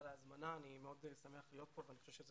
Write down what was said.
אני מאוד שמח להיות כאן ואני חושב שזה